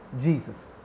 Jesus